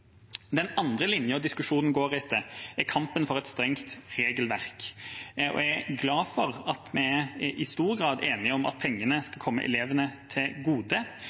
Den andre linja diskusjonen går etter, er kampen for et strengt regelverk. Jeg er glad for at vi i stor grad er enige om at pengene skal komme elevene til gode,